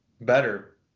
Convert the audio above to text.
better